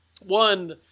One